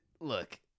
Look